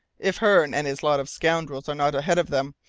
if hearne and his lot of scoundrels are not ahead of them,